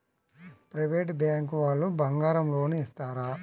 Private bank వాళ్ళు బంగారం loan ఇస్తారా?